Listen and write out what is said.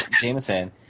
Jameson